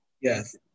Yes